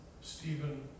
Stephen